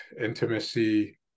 intimacy